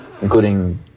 including